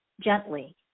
gently